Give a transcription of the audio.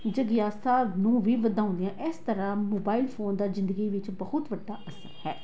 ਜਗਿਆਸਾ ਨੂੰ ਵੀ ਵਧਾਉਂਦੀਆਂ ਇਸ ਤਰ੍ਹਾਂ ਮੋਬਾਇਲ ਫੋਨ ਦਾ ਜ਼ਿੰਦਗੀ ਵਿੱਚ ਬਹੁਤ ਵੱਡਾ ਅਸਰ ਹੈ